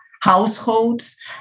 households